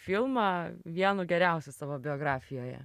filmą vienu geriausių savo biografijoje